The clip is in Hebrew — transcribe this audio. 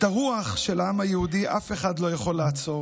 את הרוח של העם היהודי אף אחד לא יכול לעצור,